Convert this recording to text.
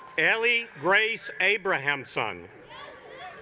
ellie grace abraham son